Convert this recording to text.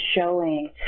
showing